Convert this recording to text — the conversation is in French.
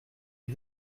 est